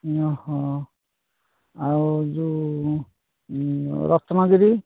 ଓ ହଁ ଆଉ ଯୋଉ ରତ୍ନଗିରି